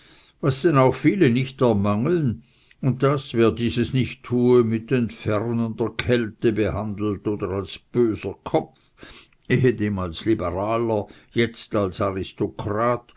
was denn auch viele nicht ermangeln und daß wer dieses nicht tue mit entfernender kälte behandelt oder als böser kopf ehedem als liberaler jetzt als